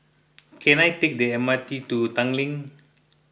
can I take the M R T to Tanglin